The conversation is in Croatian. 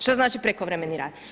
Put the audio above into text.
Što znači prekovremeni rad?